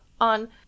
on